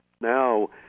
Now